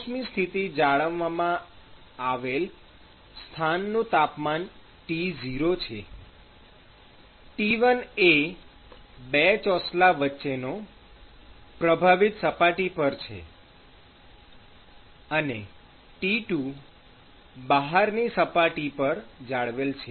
સમોષ્મિ સ્થિતિ જાળવવામાં આવેલ સ્થાનનું તાપમાન T0 છે T1 એ ૨ ચોસલા વચ્ચેનો પ્રભાવિત સપાટી પર છે અને T2 બહારની સપાટી પર જાળવેલ છે